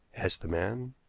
asked the man.